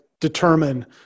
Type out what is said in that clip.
determine